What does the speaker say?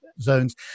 zones